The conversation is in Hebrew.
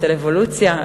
על אבולוציה,